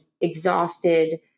exhausted